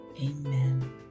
Amen